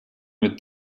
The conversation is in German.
mit